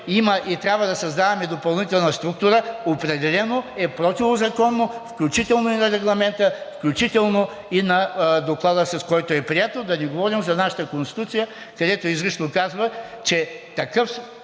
има и трябва да създаваме допълнителна структура, определено е противозаконно, включително и на Регламента, включително и на Доклада, с който е прието, да не говорим за нашата Конституция, където изрично казва, че такъв